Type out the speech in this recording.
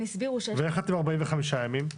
ואיך את עם 45 ימים?